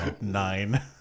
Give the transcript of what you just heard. Nine